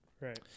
Right